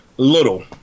Little